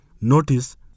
Notice